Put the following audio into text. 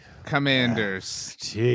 Commanders